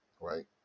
right